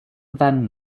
van